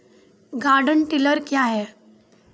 Garden tiller क्या हैं?